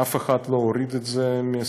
אף אחד לא הוריד את זה מסדר-היום,